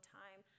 time